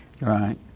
right